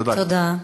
תודה.